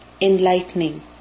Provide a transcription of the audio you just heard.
enlightening